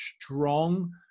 strong